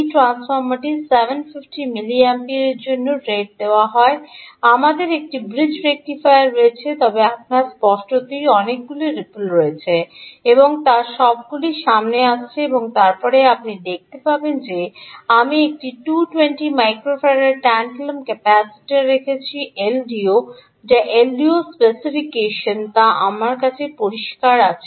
এই ট্রান্সফর্মারটি 750 মিলি অ্যাম্পিয়ারের জন্য রেট দেওয়া হয় আমাদের একটি ব্রিজ রেকটিফায়ার রয়েছে তবে আপনার স্পষ্টতই অনেকগুলি রিপল রয়েছে এবং তার সবগুলি সামনে আসছে এবং তারপরে আপনি দেখতে পাবেন যে আমি একটি 220 মাইক্রোফেরাদ ট্যান্টালাম ক্যাপাসিটার রেখেছি এলডিও যা এলডিওর স্পেসিফিকেশন তা আমার কাছে পরিষ্কার আছে